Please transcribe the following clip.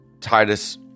Titus